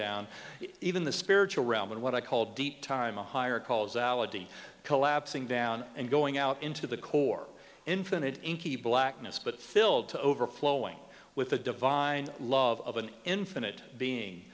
down even the spiritual realm in what i call deep time a higher calls out collapsing down and going out into the core infinite blackness but filled to overflowing with the divine love of an infinite being